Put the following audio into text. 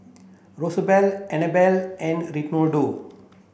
Rosabelle Annabel and Reynaldo